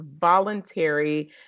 voluntary